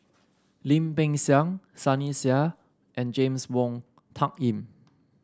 Lim Peng Siang Sunny Sia and James Wong Tuck Yim